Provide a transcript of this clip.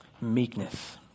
Meekness